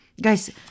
guys